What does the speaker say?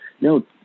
No